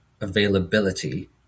availability